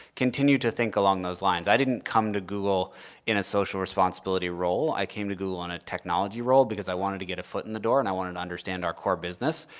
continue to think along those lines. i didn't come to google in a social responsibility role. i came to google on a technology role because i wanted to get a foot in the door and i wanted to understand our core business.